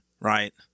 Right